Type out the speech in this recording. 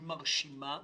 היא מרשימה,